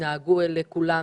שתתנהגו לכולם